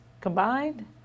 combined